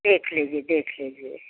देख लीजिए देख लीजिए